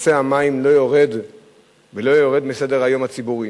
נושא המים לא יורד מסדר-היום הציבורי.